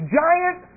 giant